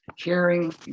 caring